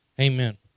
Amen